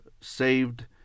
saved